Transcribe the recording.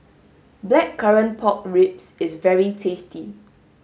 blackcurrant pork ribs is very tasty